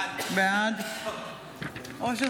בעד אושר